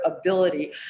ability